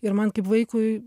ir man kaip vaikui